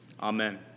Amen